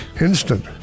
Instant